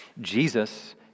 Jesus